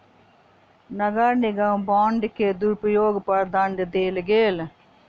नगर निगम बांड के दुरूपयोग पर दंड देल गेल